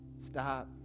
Stop